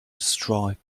destroyed